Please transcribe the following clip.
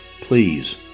please